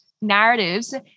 Narratives